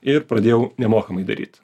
ir pradėjau nemokamai daryt